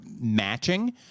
matching